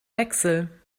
wechsel